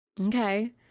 Okay